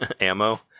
ammo